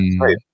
right